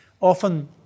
often